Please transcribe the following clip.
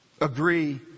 agree